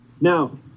Now